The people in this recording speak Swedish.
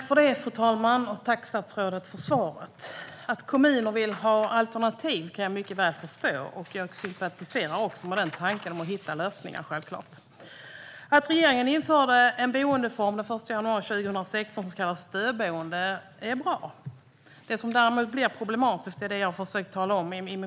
Fru talman! Tack, statsrådet, för svaret! Att kommuner vill ha alternativ kan jag mycket väl förstå, och jag sympatiserar självfallet med tanken att hitta lösningar. Att regeringen den 1 januari 2016 införde en boendeform som kallas stödboende är bra. Det som däremot blir problematiskt är det som jag försökte tala om i min fråga.